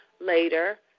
later